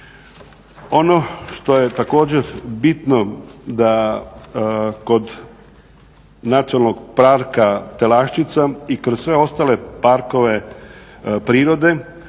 Ono što je također bitno da kod Nacionalnog parka Telaščica i kroz sve ostale parkove prirode,